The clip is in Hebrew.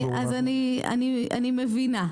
אני מבינה.